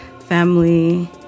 family